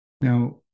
Now